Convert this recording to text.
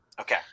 Okay